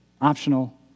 optional